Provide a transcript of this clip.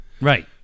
Right